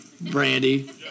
Brandy